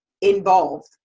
involved